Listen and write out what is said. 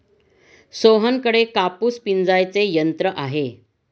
सोहनकडे कापूस पिंजायचे यंत्र आहे